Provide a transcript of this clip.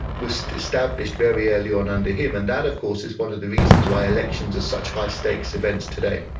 was established very early on under him, and that of course is one of the reasons why elections are such high-stakes events today.